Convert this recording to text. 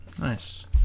Nice